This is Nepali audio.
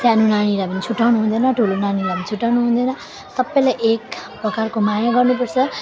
सानो नानीलाई पनि छुट्याउनु हुँदैन ठुलो नानीलाई पनि छुट्याउनु हुँदैन सबैलाई एक प्रकारको माया गर्नुपर्छ